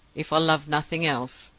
if i love nothing else,